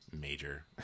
major